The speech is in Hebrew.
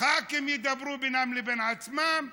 כנסת ידברו בינם לבין עצמם,